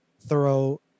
thorough